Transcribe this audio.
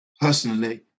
personally